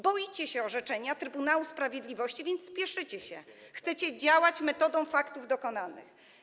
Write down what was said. Boicie się orzeczenia Trybunału Sprawiedliwości, więc spieszycie się, chcecie działać metodą faktów dokonanych.